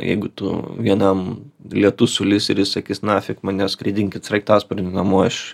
jeigu tu vienam lietus sulis ir jis sakys nafik mane skraidinkit sraigtasparniu namo aš